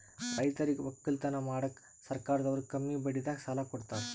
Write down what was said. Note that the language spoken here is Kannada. ರೈತರಿಗ್ ವಕ್ಕಲತನ್ ಮಾಡಕ್ಕ್ ಸರ್ಕಾರದವ್ರು ಕಮ್ಮಿ ಬಡ್ಡಿದಾಗ ಸಾಲಾ ಕೊಡ್ತಾರ್